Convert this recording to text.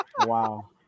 Wow